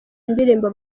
indirimbo